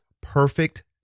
perfect